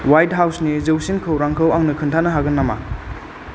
white हाउसनि जौसिन खौरांखौ आंनो खोन्थानो हागोन नामा